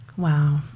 wow